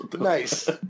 nice